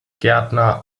gärtner